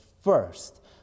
first